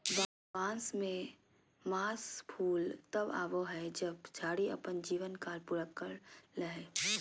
बांस में मास फूल तब आबो हइ जब झाड़ी अपन जीवन काल पूरा कर ले हइ